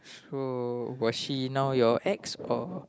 so was he now your ex or